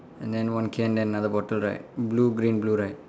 and then one can then another bottle right blue green blue right